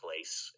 Place